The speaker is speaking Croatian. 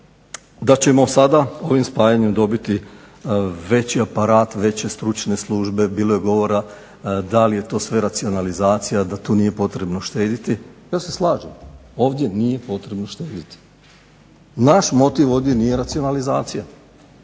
da ćemo sada ovim spajanjem dobiti veći aparat, veće stručne službe. Bilo je govora da li je to sve racionalizacija, da tu nije potrebno štedjeti. Ja se slažem. Ovdje nije potrebno štedjeti. Naš motiv nije racionalizacija.